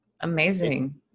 amazing